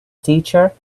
teacher